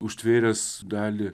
užtvėręs dalį